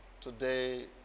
Today